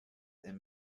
and